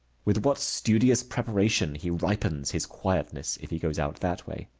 with what studious preparation he ripens his quietness, if he goes out that way.